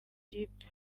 kipe